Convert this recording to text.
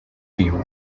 viu